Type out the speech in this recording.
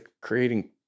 creating